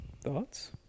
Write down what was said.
Thoughts